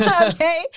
okay